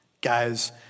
Guys